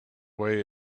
way